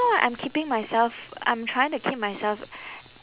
why I'm keeping myself I'm trying to keep myself